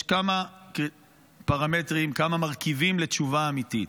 יש כמה פרמטרים, כמה מרכיבים לתשובה אמיתית.